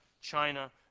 China